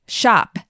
shop